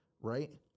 right